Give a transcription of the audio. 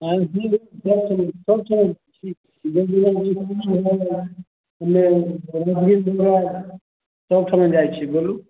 आइ दिल्लीमोड़के भाड़ा कत्ते लेब सबठमन जाइ छी एन्ने दरभङ्गे घुमा देब सबठमन जाइ छी बोलू